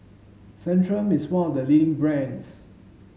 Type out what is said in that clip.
centrum is one of the leading brands